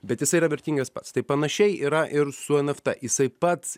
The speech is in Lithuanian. bet jisai yra vertingas pats tai panašiai yra ir su nft jisai pats